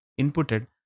inputted